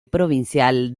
provincial